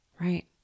Right